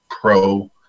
pro